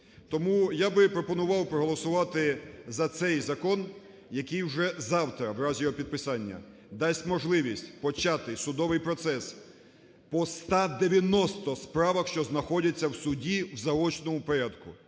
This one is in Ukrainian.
Тому я би пропонував проголосувати за цей закон, який вже завтра в разі його підписання дасть можливість почати судовий процес по 190 справах, що знаходяться в суді, в заочному порядку,